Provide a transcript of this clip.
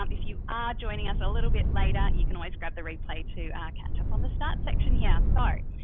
um if you are joining us a little bit later, you can always grab the replay to catch up on the start section here. so.